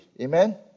amen